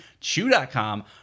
chew.com